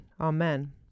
Amen